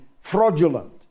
fraudulent